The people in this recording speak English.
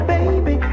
Baby